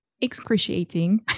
excruciating